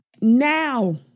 now